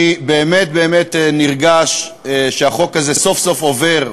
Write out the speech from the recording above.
אני באמת באמת נרגש שהחוק הזה סוף-סוף עובר,